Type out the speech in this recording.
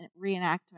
reenactment